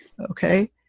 Okay